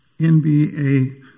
NBA